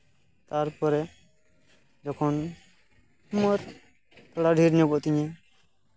ᱛᱟᱨᱯᱚᱨᱮ ᱡᱚᱠᱷᱚᱱ ᱩᱢᱟᱹᱨ ᱛᱷᱚᱲᱟ ᱰᱷᱮᱨ ᱧᱚᱜᱚᱜ ᱛᱤᱧᱟᱹ